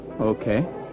Okay